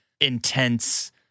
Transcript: intense